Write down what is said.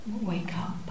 wake-up